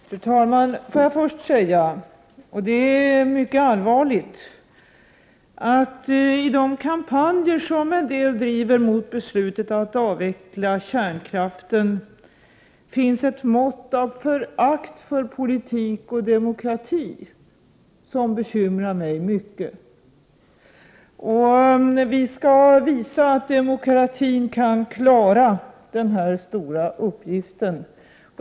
Prot. 1988/89:59 Fru talman! Får jag först säga — och det är mycket allvarligt — att i de 1februari 1989 kampanjer som en del driver mot beslutet att avveckla kärnkraften finns ett mått av förakt för politik och demokrati som bekymrar mig mycket. Vi skall visa att demokratin kan klara den här stora uppgiften.